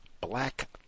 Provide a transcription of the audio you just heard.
black